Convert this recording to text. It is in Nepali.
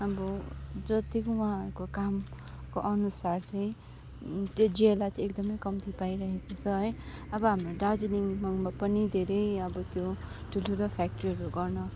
अबो जतिको उहाँहरूको कामको अनुसार चाहिँ ज्याला चाहिँ एकदमै कम्ती पाइरहेको छ है अब हाम्रो दार्जिलिङमा पनि धेरै अब त्यो ठुल्ठुलो फ्याक्ट्रीहरू गर्न